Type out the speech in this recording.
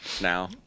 now